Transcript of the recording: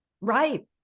right